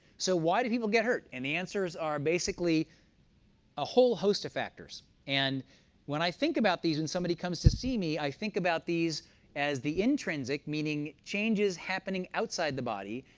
so why do people get hurt? and the answers are basically a whole host of factors. and when i think about these, and somebody comes to see me, i think about these as the intrinsic, meaning changes happening outside the body.